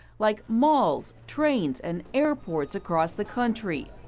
like malls, trains, and airports across the country.